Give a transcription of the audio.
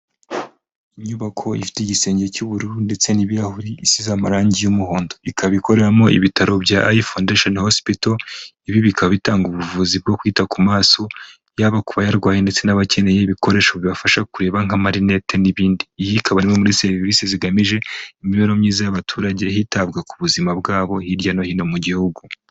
Inyubako ifite igisenge cy'ubururu ndetse n'ibirahuri bisize amarangi y'umuhondo. Ikaba ikoreramo ibitaro bya Ayi fondeshono hosipitol ibi bikaba bitanga ubuvuzi bwo kwita ku maso yaba ku bayarwaye ndetse n'abakeneye ibikoresho bibafasha kureba nka marinete n'ibindi. Iyi ikabamo muri serivisi zigamije imibereho myiza y'abaturage hitabwa ku buzima bwabo hirya no hino mu gihugu.